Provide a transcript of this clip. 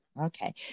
Okay